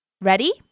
Ready